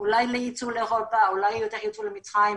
אולי ליצוא לאירופה, אולי יותר יצוא למצרים.